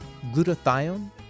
glutathione